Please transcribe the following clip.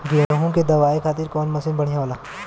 गेहूँ के दवावे खातिर कउन मशीन बढ़िया होला?